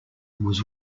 was